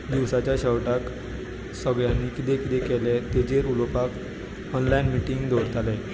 दिसाच्या शेवटाक सगळ्यांनीं कितें कितें केंलें तेचेर उलोवपाक ऑनलायन मिटींग दवरताले